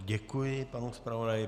Děkuji panu zpravodaji.